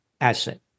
asset